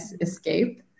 escape